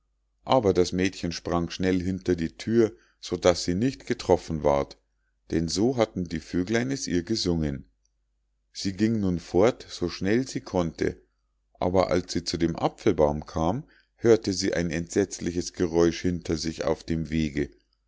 aber das mädchen sprang schnell hinter die thür so daß sie nicht getroffen ward denn so hatten die vöglein es ihr gesungen sie ging nun fort so schnell sie konnte aber als sie zu dem apfelbaum kam hörte sie ein entsetzliches geräusch hinter sich auf dem wege